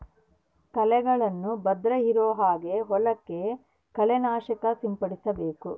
ಕಳೆಗಳನ್ನ ಬರ್ದೆ ಇರೋ ಹಾಗೆ ಹೊಲಕ್ಕೆ ಕಳೆ ನಾಶಕ ಸಿಂಪಡಿಸಬೇಕು